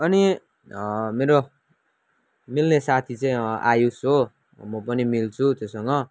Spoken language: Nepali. अनि मेरो मिल्ने साथी चाहिँ आयुष हो म पनि मिल्छु त्योसँग